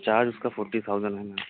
charge اس کا forty thousand ہے میم